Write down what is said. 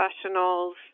professionals